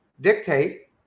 dictate